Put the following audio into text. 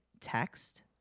text